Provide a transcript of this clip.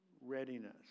readiness